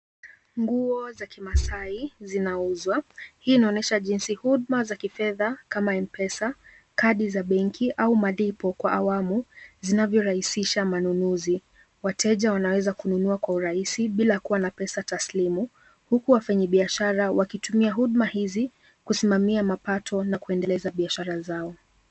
Nguo za kimaasai zinauzwa, hii inaonesha jinsi huduma za kifedha kama mpesa, kadi za benki au malipo kwa awamu zinavyorahisisha manunuzi. Wateja wanaeza kununua kwa urahisi bila kuwa na pesa taslimu huku wafanyibiashara wakitumia huduma hizi kusimamia mapato na kuendeleza biashara zao.